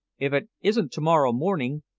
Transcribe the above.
if it isn't to-morrow morning,